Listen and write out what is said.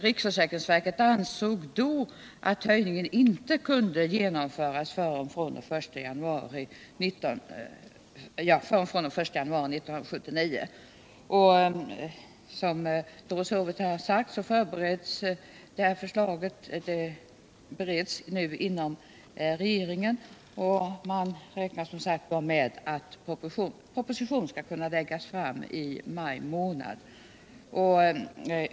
Riksförsäkringsverket ansåg då att höjningen inte kunde genomföras förrän från den 1 januari 1979. Som Doris Håvik har sagt bereds detta förslag inom regeringens kansli, och man räknar med att proposition skall kunna läggas fram i maj månad.